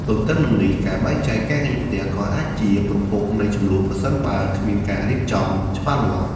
ទទ្ទឹមនឹងនេះ ការបែងចែកការងារផ្ទះក៏អាចជាប្រភពនៃជម្លោះ ប្រសិនបើគ្មានការរៀបចំច្បាស់លាស់។